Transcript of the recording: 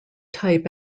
type